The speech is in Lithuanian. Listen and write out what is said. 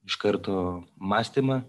iš karto mąstymą